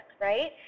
right